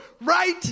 right